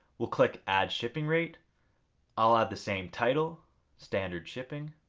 we'll click add shipping rate i'll add the same title standard shipping.